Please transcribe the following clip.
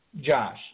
Josh